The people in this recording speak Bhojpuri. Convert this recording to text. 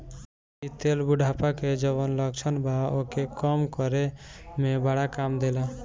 इ तेल बुढ़ापा के जवन लक्षण बा ओके कम करे में बड़ा काम देला